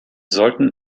sollten